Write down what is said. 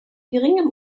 geringem